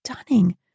stunning